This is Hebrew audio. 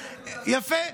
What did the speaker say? יפה.